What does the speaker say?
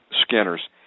scanners